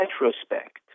retrospect